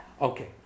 Okay